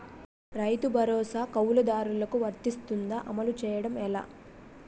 రైతు భరోసా కవులుదారులకు వర్తిస్తుందా? అమలు చేయడం ఎలా